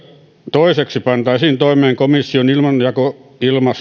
toiseksi pantaisiin toimeen komission ilmaisjakoasetus